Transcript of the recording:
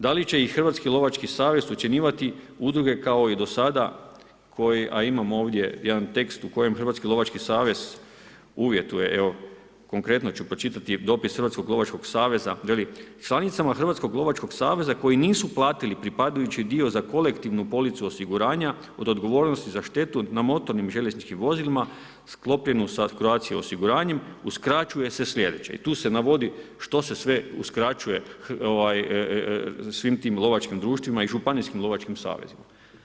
Da li će ih Hrvatski lovački savez ucjenjivati udruge kao i do sada, a imam ovdje jedan tekst u kojem Hrvatski lovački savez uvjetuje, evo, konkretno ću pročitati dopis Hrvatskog lovačkog saveza, veli, članicama Hrvatskog lovačkog saveza koji nisu platiti pripadajući dio za kolektivnu policu osiguranja od odgojnosti za štetu na motornim željezničkim vozilima, sklopljenu sa Croatia osiguranjem, uskraćuje se sljedeće i tu se navodi što se sve uskraćuje svim tim lovačkim društvima i županijskim lovačkim savezima.